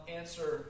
answer